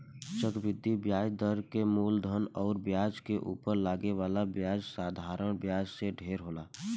चक्रवृद्धि ब्याज दर के मूलधन अउर ब्याज के उपर लागे वाला ब्याज साधारण ब्याज से ढेर होला